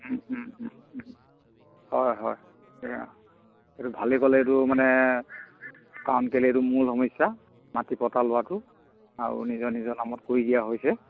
হয় হয় এইটো ভালে ক'লে এইটো মানে কাৰণ কেলে এইটো মূল সমস্যা মাটি পট্টা লোৱাটো আৰু নিজৰ নিজৰ নামত কৰি দিয়া হৈছে